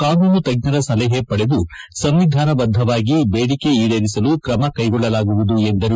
ಕಾನೂನು ತಜ್ಜರ ಸಲಹೆ ಪಡೆದು ಸಂವಿಧಾನಬದ್ಧವಾಗಿ ಬೇಡಿಕೆ ಈಡೇರಿಸಲು ಕ್ರಮ ಕೈಗೊಳ್ಳಲಾಗುವುದು ಎಂದರು